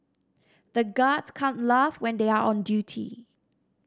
the guards can't laugh when they are on duty